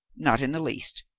not in the least.